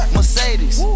Mercedes